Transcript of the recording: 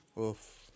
Oof